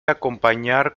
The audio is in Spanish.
acompañar